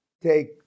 take